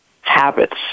habits